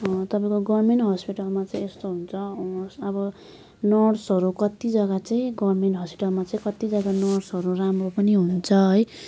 तपाईँको गभर्मेन्ट हस्पिटलमा चाहिँ यस्तो हुन्छ अब नर्सहरू कतिजना चाहिँ गभर्मेन्ट हस्पिटलमा चाहिँ कतिजना नर्सहरू राम्रो पनि हुन्छ है